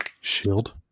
shield